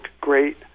great